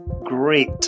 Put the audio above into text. Great